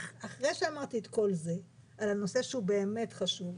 אחרי שאמרתי את כל זה על הנושא שהוא באמת חשוב,